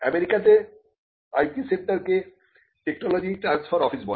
আমেরিকাতে IP centre কে technology transfer office বলে